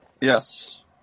yes